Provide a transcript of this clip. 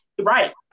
right